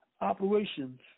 operations